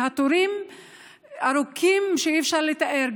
התורים ארוכים שאי-אפשר לתאר.